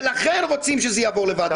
ולכן רוצים שזה יעבור לוועדת חוקה.